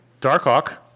Darkhawk